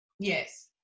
Yes